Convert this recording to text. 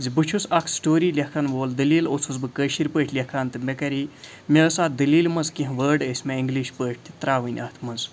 زِ بہٕ چھُس اَکھ سٹوری لٮ۪کھَن وول دٔلیٖل اوسُس بہٕ کٲشِر پٲٹھۍ لٮ۪کھان تہٕ مےٚ کَرے مےٚ ٲس اَتھ دٔلیٖل منٛز کیٚنٛہہ وٲڈ ٲسۍ مےٚ اِنٛگلِش پٲٹھۍ تہِ ترٛاوٕنۍ اَتھ منٛز